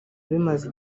bimaze